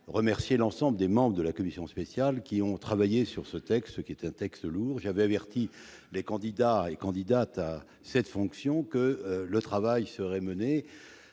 remercier l'ensemble des membres de la commission spéciale qui ont travaillé sur ce texte. J'avais averti les candidats à cette fonction que ce travail serait mené